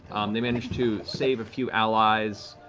they managed to save a few allies,